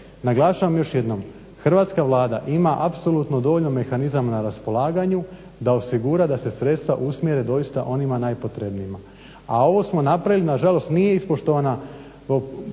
Naglašavam još jednom, hrvatska Vlada ima apsolutno dovoljno mehanizama na raspolaganju da osigura da se sredstva usmjere doista onima najpotrebnijima, a ovo smo napravili. Na žalost nije ispoštovana